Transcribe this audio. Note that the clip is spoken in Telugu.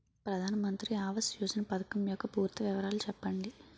ప్రధాన మంత్రి ఆవాస్ యోజన పథకం యెక్క పూర్తి వివరాలు చెప్పండి?